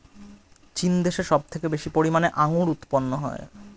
চীন দেশে সব থেকে বেশি পরিমাণে আঙ্গুর উৎপন্ন হয়